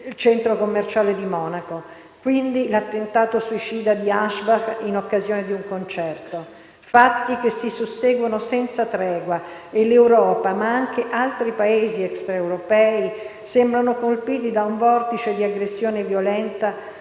nel centro commerciale di Monaco, quindi l'attentato suicida di Ansbach in occasione di un concerto. Si tratta di fatti che si susseguono senza tregua e l'Europa, ma anche altri Paesi extraeuropei, sembrano colpiti da un vortice di aggressione violenta,